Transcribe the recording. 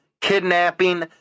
kidnapping